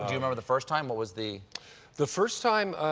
remember the first time? what was the the first time,